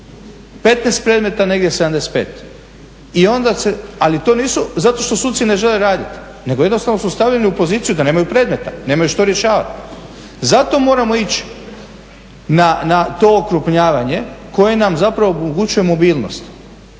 15 predmeta, negdje 75. I onda se, ali to nisu, zato što suci ne žele raditi nego jednostavno su stavljeni u poziciju da nemaju predmeta, nemaju što rješavati. Zato moramo ići na to okrupnjavanje koje nam zapravo omogućuje mobilnost